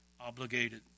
obligated